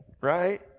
right